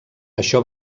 això